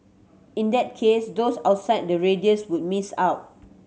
in that case those outside the radius would miss out